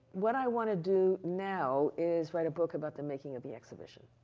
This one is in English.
what i want to do now is write a book about the making of the exhibition.